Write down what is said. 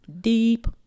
deep